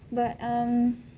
but um